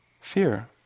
fear